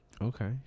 Okay